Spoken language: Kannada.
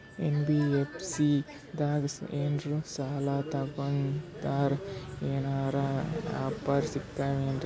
ಎನ್.ಬಿ.ಎಫ್.ಸಿ ದಾಗ ಏನ್ರ ಸಾಲ ತೊಗೊಂಡ್ನಂದರ ಏನರ ಆಫರ್ ಸಿಗ್ತಾವೇನ್ರಿ?